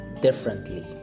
differently